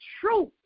truth